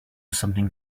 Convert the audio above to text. something